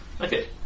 Okay